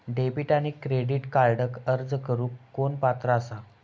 Debit आणि credit कार्डक अर्ज करुक कोण पात्र आसा?